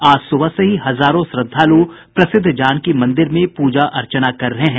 आज सुबह से ही हजारों श्रद्वालु प्रसिद्ध जानकी मंदिर में पूजा अर्चना कर रहे हैं